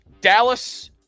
Dallas